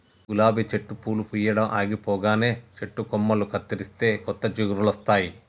గులాబీ చెట్టు పూలు పూయడం ఆగిపోగానే చెట్టు కొమ్మలు కత్తిరిస్తే కొత్త చిగురులొస్తాయి